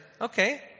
okay